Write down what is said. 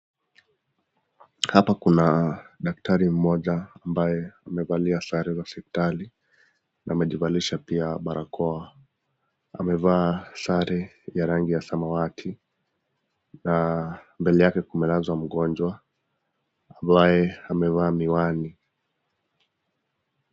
Hapa kuna daktari mmoja ambaye amevalia sare za hosiptali, na amejivalisha pia barakoa, amevaa sare ya rangi ya samawati na ambele yake kumelazwa mgonjwa ambaye amevaa miwani.